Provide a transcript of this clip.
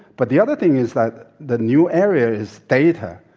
but the other thing is that the new area is data.